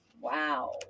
Wow